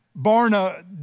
Barna